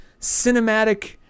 cinematic